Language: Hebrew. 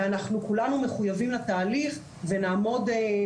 ואנחנו כולנו מחויבים לתהליך ומשתדלים